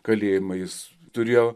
kalėjimą jis turėjo